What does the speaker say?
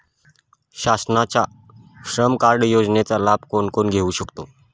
शासनाच्या श्रम कार्ड योजनेचा लाभ कोण कोण घेऊ शकतो?